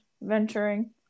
venturing